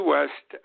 West